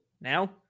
now